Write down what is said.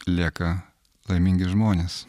lieka laimingi žmonės